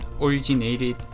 originated